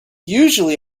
usually